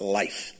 life